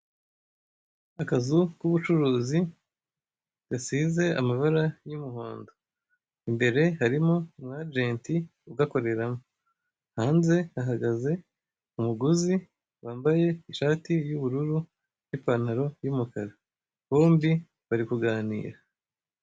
Akazu k'ubucuruzi gasize amabara y'umuhondo imbere harimo umwajenti ugakoreramo hanze hahagaze umuguzi wambaye ishati y'ubururu nipantaro y'umukara bombi bari kuganira.